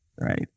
right